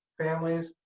families,